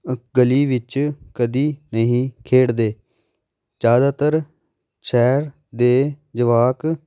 ਗਲੀ ਵਿੱਚ ਕਦੀ ਨਹੀਂ ਖੇਡਦੇ ਜ਼ਿਆਦਾਤਰ ਸ਼ਹਿਰ ਦੇ ਜਵਾਕ